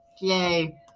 yay